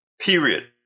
period